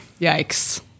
Yikes